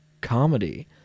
comedy